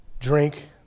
Drink